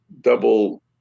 double